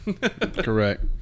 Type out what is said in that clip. Correct